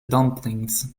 dumplings